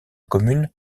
commune